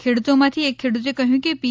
ખેડૂતોમાંથી એક ખેડૂતે કહ્યું કે પી